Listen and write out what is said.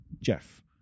Jeff